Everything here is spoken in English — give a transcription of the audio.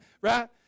Right